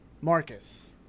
Marcus